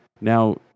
Now